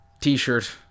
t-shirt